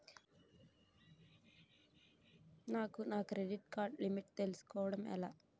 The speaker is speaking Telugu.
నాకు నా క్రెడిట్ కార్డ్ లిమిట్ తెలుసుకోవడం ఎలా?